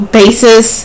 basis